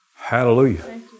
Hallelujah